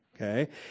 Okay